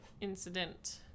Incident